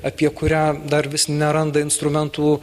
apie kurią dar vis neranda instrumentų